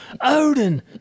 Odin